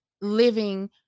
living